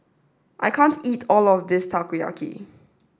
I can't eat all of this Takoyaki